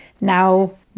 Now